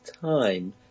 time